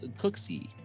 Cooksey